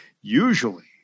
Usually